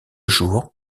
jour